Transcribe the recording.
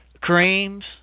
Creams